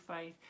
faith